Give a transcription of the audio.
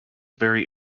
very